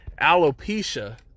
alopecia